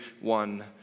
one